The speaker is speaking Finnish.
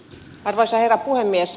arvoisa herra puhemies